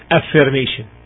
affirmation